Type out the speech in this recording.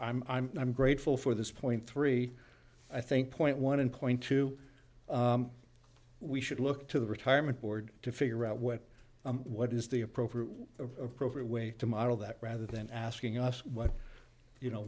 doing i'm grateful for this point three i think point one and point two we should look to the retirement board to figure out what what is the appropriate of appropriate way to model that rather than asking us what you know